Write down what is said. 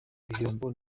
biyombo